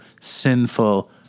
sinful